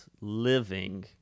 living